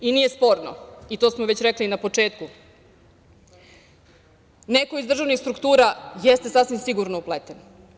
Nije sporno, to smo već rekli i na početku, neko iz državnih struktura jeste sasvim sigurno upleten.